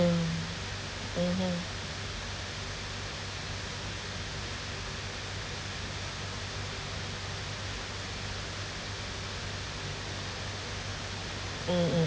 mm mmhmm mm mm